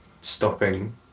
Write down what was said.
stopping